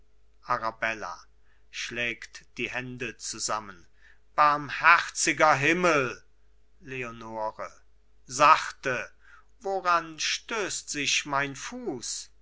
arabella schlägt die hände zusammen barmherziger himmel leonore sachte woran stößt sich mein fuß